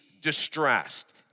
distressed